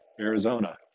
Arizona